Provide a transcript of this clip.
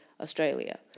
Australia